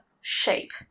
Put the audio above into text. shape